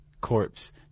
corpse